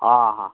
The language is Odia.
ହଁ ହଁ